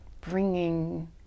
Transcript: bringing